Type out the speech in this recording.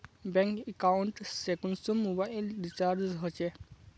Bank account से कुंसम mobile recharge होचे?